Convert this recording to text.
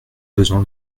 besoin